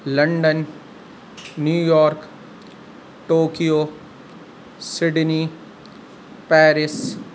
London New York Tokyo Sydney Paris